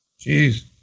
Jeez